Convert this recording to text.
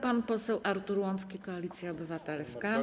Pan poseł Artur Łącki, Koalicja Obywatelska.